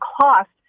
cost